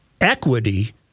equity